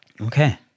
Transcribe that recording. okay